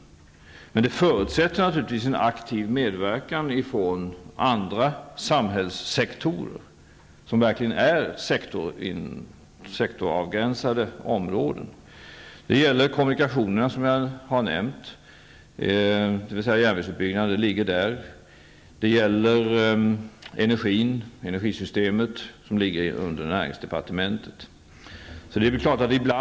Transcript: Men detta förutsätter naturligtvis en aktiv medverkan från samhällssektorer som verkligen är sektorsavgränsade. Det gäller beträffande kommunikationerna, som jag har nämnt, och där ligger bl.a. järnvägsutbyggnaden. Det gäller också beträffande energisystemet, som ligger under näringsdepartementet.